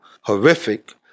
horrific